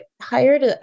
hired